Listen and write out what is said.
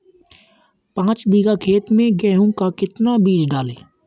पाँच बीघा खेत में गेहूँ का कितना बीज डालें?